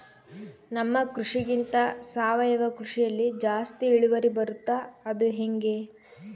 ನಮ್ಮ ಕೃಷಿಗಿಂತ ಸಾವಯವ ಕೃಷಿಯಲ್ಲಿ ಜಾಸ್ತಿ ಇಳುವರಿ ಬರುತ್ತಾ ಅದು ಹೆಂಗೆ?